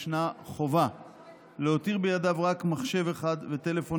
ישנה חובה להותיר בידיו רק מחשב אחד וטלפון